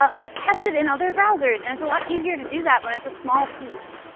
but but test it in other browsers. and it's a lot easier to do that when it's a small piece.